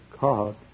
God